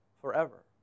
forever